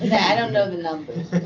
yeah don't know the numbers